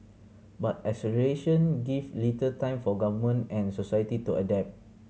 but acceleration give little time for government and society to adapt